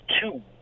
two